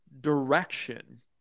direction